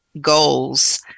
goals